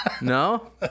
No